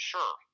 Sure